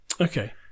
Okay